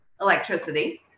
electricity